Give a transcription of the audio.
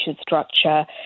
structure